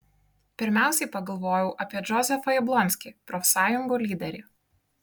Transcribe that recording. pirmiausiai pagalvojau apie džozefą jablonskį profsąjungų lyderį